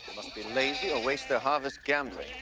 must be lazy or waste their harvest gambling.